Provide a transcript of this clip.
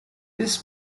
this